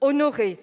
Honorer,